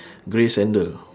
grey sandal